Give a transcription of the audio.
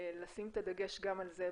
לשים את הדגש גם על זה,